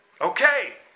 Okay